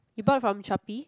you bought it from Shopee